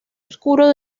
oscuro